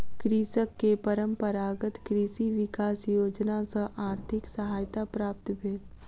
कृषक के परंपरागत कृषि विकास योजना सॅ आर्थिक सहायता प्राप्त भेल